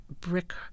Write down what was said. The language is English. brick